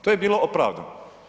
To je bilo opravdano.